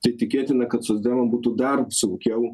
tai tikėtina kad socdemam būtų dar sunkiau